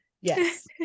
Yes